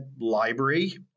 library